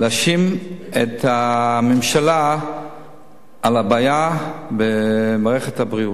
להאשים את הממשלה בבעיה במערכת הבריאות.